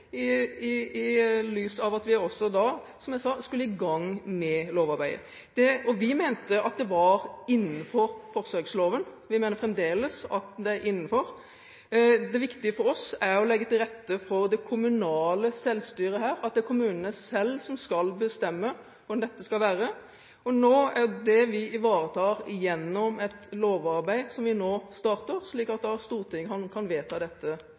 mer erfaring i lys av at vi også da, som jeg sa, skulle i gang med lovarbeidet. Vi mente at det var innenfor forsøksloven. Vi mener fremdeles at det er innenfor. Det viktige for oss er å legge til rette for det kommunale selvstyret her, at det er kommunene selv som skal bestemme hvordan dette skal være. Det er det vi nå ivaretar gjennom et lovarbeid som vi nå starter, slik at Stortinget kan vedta dette